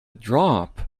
drop